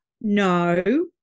no